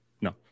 no